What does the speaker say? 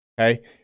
Okay